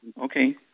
okay